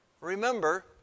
Remember